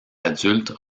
adulte